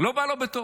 לא בא לו בטוב.